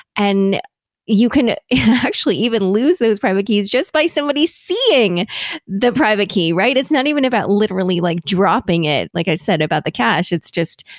and you can and actually even lose those private keys just by somebody seeing the private key, right? it's not even about literally like dropping it, like i said about the cash. it's just,